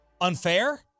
unfair